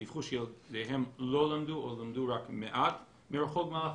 דיווחו שילדיהם לא למדו או למדו רק מעט מרחוק במהלך